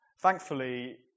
Thankfully